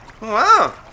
Wow